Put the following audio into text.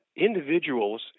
individuals